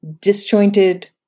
disjointed